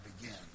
begin